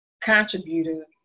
contributor